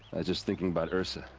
just thinking about ersa.